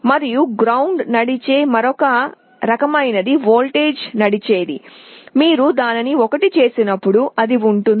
మరియు గ్రౌండ్ నడిచే మరొక రకమైనది వోల్టేజ్ నడిచేది మీరు దానిని 1 చేసినప్పుడు అది ఉంటుంది